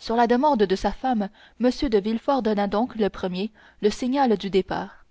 sur la demande de sa femme m de villefort donna donc le premier le signal du départ